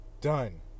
done